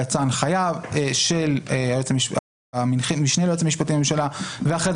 יצאה הנחיה של המשנה ליועץ המשפטי לממשלה ואחרי זה